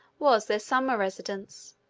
was their summer residence.